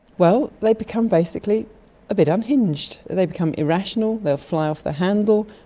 well, they become basically a bit unhinged, they become irrational, they'll fly off the handle,